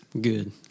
Good